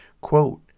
Quote